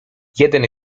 jeden